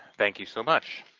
thank you so much.